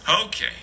Okay